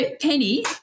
Penny